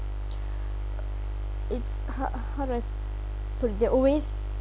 it's how how do I put it they always